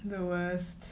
the worst